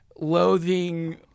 loathing